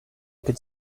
could